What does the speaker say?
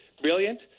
brilliant